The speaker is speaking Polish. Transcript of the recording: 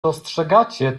dostrzegacie